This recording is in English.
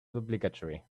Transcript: obligatory